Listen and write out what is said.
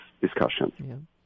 discussion